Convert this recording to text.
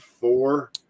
four